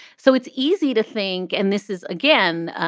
so it's easy to think. and this is again,